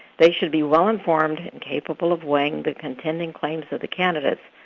they should be well informed and capable of weighing the contending claims of the candidates,